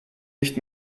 nicht